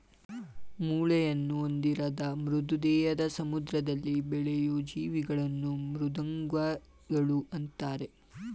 ಮೂಳೆಯನ್ನು ಹೊಂದಿರದ ಮೃದು ದೇಹದ ಸಮುದ್ರದಲ್ಲಿ ಬೆಳೆಯೂ ಜೀವಿಗಳನ್ನು ಮೃದ್ವಂಗಿಗಳು ಅಂತರೆ